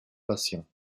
patient